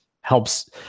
helps